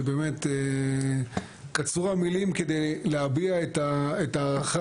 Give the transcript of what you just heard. שבאמת קצרו המילים כדי להביע את ההערכה,